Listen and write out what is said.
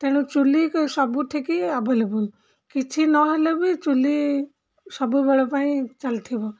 ତେଣୁ ଚୁଲି ସବୁଠିକି ଆଭେଲେବୁଲ୍ କିଛି ନହେଲେ ବି ଚୁଲି ସବୁବେଳ ପାଇଁ ଚାଲିଥିବ